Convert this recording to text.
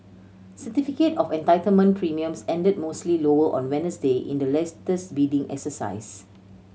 certificate of Entitlement premiums ended mostly lower on Wednesday in the latest bidding exercise